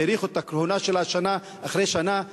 שהאריכו את הכהונה שלה שנה אחרי שנה,